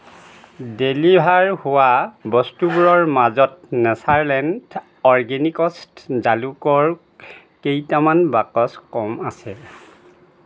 deliver হোৱা বস্তুবোৰৰ মাজত নেচাৰলেণ্ড অৰগেনিক্ছ জালুকৰ কেইটামান বাকচ কম আছে